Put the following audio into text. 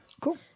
cool